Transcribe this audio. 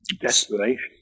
Desperation